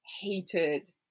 hated